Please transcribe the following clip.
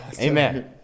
Amen